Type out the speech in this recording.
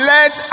Let